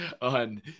on